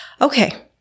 okay